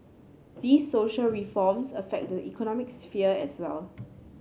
these social reforms affect the economic sphere as well